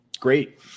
Great